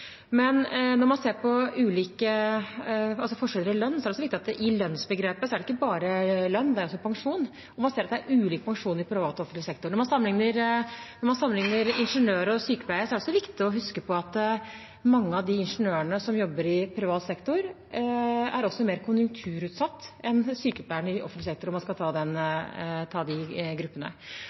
Når man ser på forskjeller i lønn, er det også viktig at det i lønnsbegrepet ikke bare er lønn, det er også pensjon, og man ser at det er ulik pensjon i privat og i offentlig sektor. Når man sammenligner ingeniører og sykepleiere, er det også viktig å huske på at mange av de ingeniørene som jobber i privat sektor, er mer konjunkturutsatt enn sykepleierne i offentlig sektor, om man skal ta